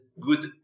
good